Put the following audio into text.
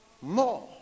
More